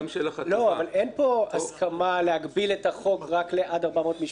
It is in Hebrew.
פה הסכמה להגביל את החוק רק עד 400 משפחות,